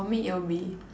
for me it would be